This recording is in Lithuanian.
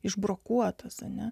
išbrokuotas ane